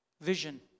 Vision